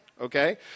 okay